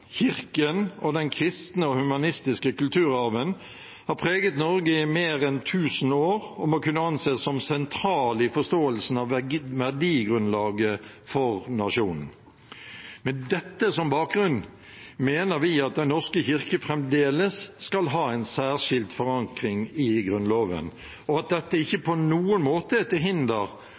Kirken og den kristne og humanistiske kulturarven har preget Norge i mer enn 1 000 år og må kunne anses som sentral i forståelsen av verdigrunnlaget for nasjonen. Med dette som bakgrunn mener vi at Den norske kirke fremdeles skal ha en særskilt forankring i Grunnloven, og at dette ikke på noen måte er til hinder